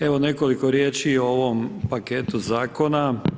Evo nekoliko riječi o ovom paketu Zakona.